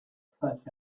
such